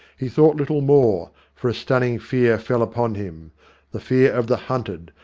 he thought little more, for a stunning fear fell upon him the fear of the hunted,